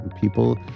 people